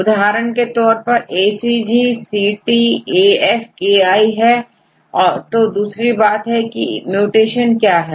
उदाहरण के तौर पर यदि ACG CT AF KI है तो दूसरी बात है की म्यूटेशन क्या है